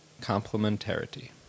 complementarity